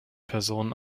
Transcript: personen